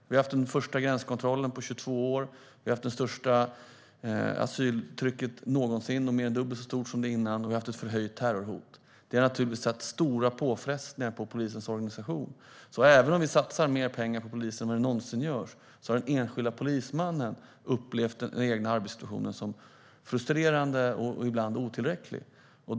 Vi har haft den första gränskontrollen på 22 år. Vi har haft det största asyltrycket någonsin, mer än dubbelt så stort som tidigare, och vi har haft ett förhöjt terrorhot. Det har naturligtvis inneburit stora påfrestningar på polisens organisation. Även om vi satsar mer pengar än någonsin på polisen har den enskilda polismannen upplevt den egna arbetssituationen som frustrerande, och man har ibland känt sig otillräcklig.